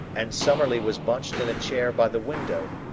and summerlee was bunched in a chair by the window,